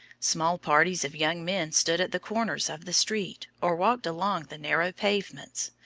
small parties of young men stood at the corners of the street, or walked along the narrow pavements.